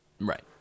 Right